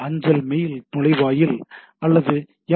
அஞ்சல் மெயில் நுழைவாயிலில் அல்லது எம்